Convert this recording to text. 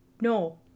no